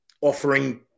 offering